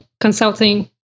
consulting